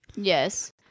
Yes